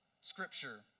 scripture